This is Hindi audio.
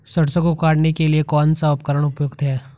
सरसों को काटने के लिये कौन सा उपकरण उपयुक्त है?